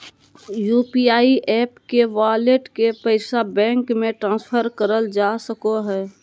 UPI app के wallet के पैसा बैंक मे ट्रांसफर करल जा सको हय